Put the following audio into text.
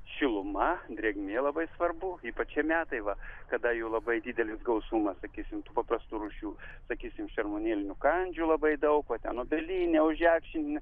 šiluma drėgmė labai svarbu ypač šie metai va kada jų labai didelis gausumassakysim tų paprastų rūšių sakysim šermuonėlinių kandžių labai daug va ten obelyne ožekšninių